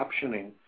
captioning